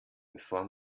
bevor